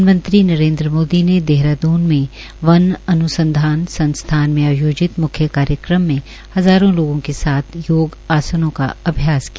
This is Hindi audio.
प्रधानमंत्री ने देहरादून में बन अन्संधान संस्थान में आयोजित मुख्य कार्यक्रम में हज़ारों लोगो के साथ योग आसनों का अभ्यास किया